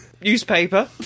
Newspaper